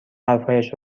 حرفهایش